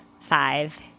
five